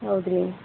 ಹೌದು ರೀ